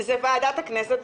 זה ועדת הכנסת,